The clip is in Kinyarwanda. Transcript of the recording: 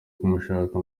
kumushaka